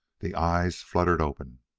the eyes fluttered open.